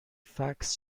فکس